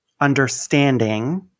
understanding